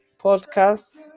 podcast